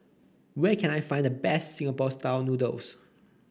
where can I find the best Singapore style noodles